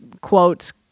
quotes